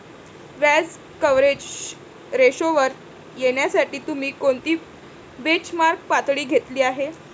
व्याज कव्हरेज रेशोवर येण्यासाठी तुम्ही कोणती बेंचमार्क पातळी घेतली आहे?